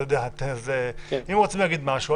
אז אם רוצים להגיד משהו,